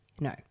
no